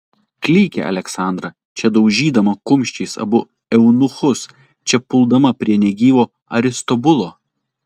klykė aleksandra čia daužydama kumščiais abu eunuchus čia puldama prie negyvo aristobulo